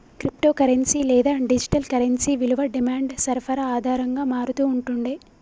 crypto currency లేదా digital currency విలువ డిమాండ్, సరఫరా ఆధారంగా మారతూ ఉంటుండే